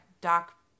doc